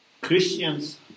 Christians